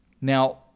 Now